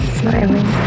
smiling